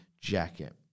Jacket